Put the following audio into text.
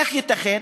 איך ייתכנו